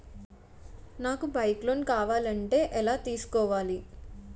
నాకు bike loan కావాలంటే ఎలా తీసుకోవాలి?